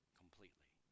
completely